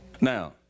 Now